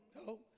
Hello